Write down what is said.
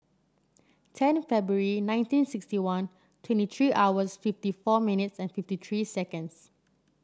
ten February nineteen sixty one twenty three hours fifty four minutes and fifty three seconds